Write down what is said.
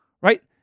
right